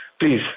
please